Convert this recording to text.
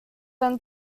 them